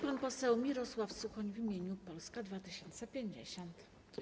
Pan poseł Mirosław Suchoń w imieniu koła Polska 2050.